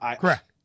Correct